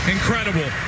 Incredible